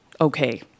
okay